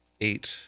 eight